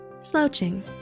slouching